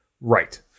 Right